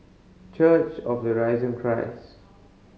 church of the Risen Christ